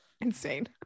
Insane